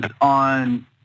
on